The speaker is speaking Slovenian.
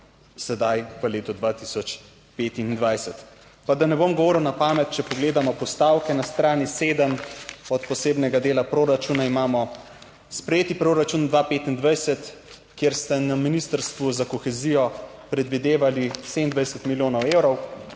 Sedaj v letu 2025. Pa da ne bom govoril na pamet, če pogledamo postavke na strani sedem od posebnega dela proračuna imamo sprejeti proračun 2025, kjer ste na Ministrstvu za kohezijo predvidevali 27 milijonov evrov,